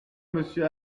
monsieur